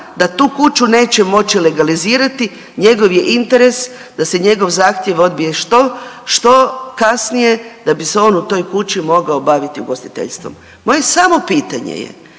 da tu kuću neće moći legalizirati njegov je interes da se njegov zahtjev odbije što kasnije da bi se on u toj kući mogao baviti ugostiteljstvom. Moje samo pitanje je